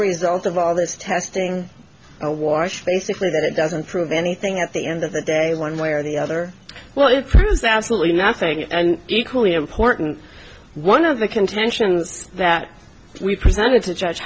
result of all this testing a wash basically doesn't prove anything at the end of the day one way or the other well it turns out slightly nothing and equally important one of the contentions that we presented to judge